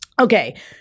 okay